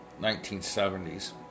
1970's